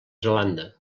zelanda